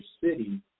city